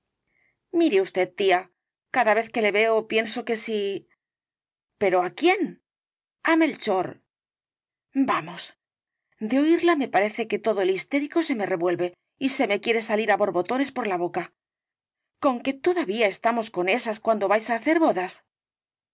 mire usted tía cada vez que le veo pienso que si pero á quién á melchor vamos de oiría parece que todo el histérico se me revuelve y se me quiere salir á borbotones por la boca conque todavía estamos con esas cuando vais á hacer bodas